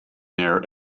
near